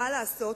מה לעשות,